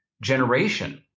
generation